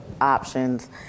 options